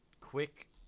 quick